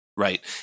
Right